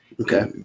Okay